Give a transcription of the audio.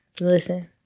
Listen